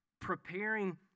preparing